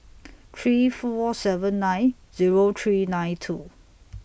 three four seven nine Zero three nine two